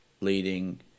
leading